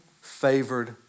favored